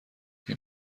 این